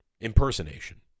Impersonation